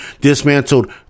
dismantled